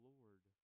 Lord